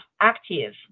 active